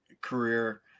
career